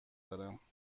دارم